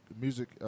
music